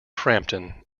frampton